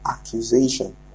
accusation